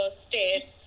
stairs